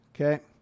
okay